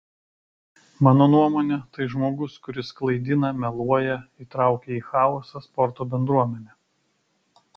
mano nuomone tai žmogus kuris klaidina meluoja įtraukia į chaosą sporto bendruomenę